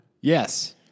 Yes